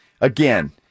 again